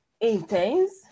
intense